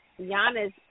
Giannis